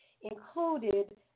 included